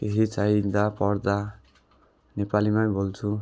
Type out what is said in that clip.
केही चाहिँदा पढ्दा नेपालीमै बोल्छु